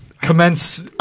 Commence